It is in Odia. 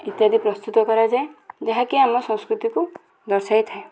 ଇତ୍ୟାଦି ପ୍ରସ୍ତୁତ କରାଯାଏ ଯାହାକି ଆମ ସଂସ୍କୃତିକୁ ଦର୍ଶାଇଥାଏ